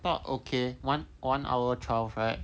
thought okay one one hour twelve right